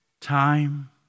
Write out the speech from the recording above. time